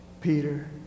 Peter